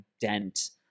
dent